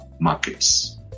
markets